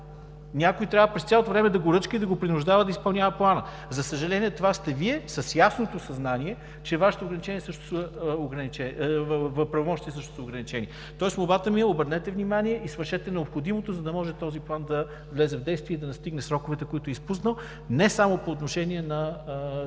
Някой трябва през цялото време да го ръчка и да го принуждава да изпълнява Плана. За съжаление, това сте Вие, с ясното съзнание, че Вашите правомощия също са ограничени. Молбата ми е – обърнете внимание и свършете необходимото, за да може този План да влезе в действие и да настигне изпуснатите срокове не само по отношение на